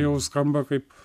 jau skamba kaip